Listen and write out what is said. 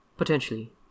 Potentially